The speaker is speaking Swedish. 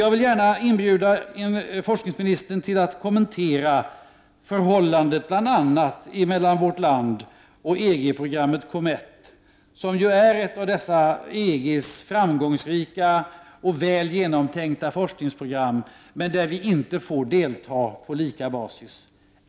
Jag vill gärna inbjuda forskningsministern till att kommentera bl.a. förhållandet mellan vårt land och EG-programmet COMETT, som ju är ett av dessa EGs framgångsrika och väl genomtänkta forskningsprogram i vilket vi emellertid inte får delta på samma basis.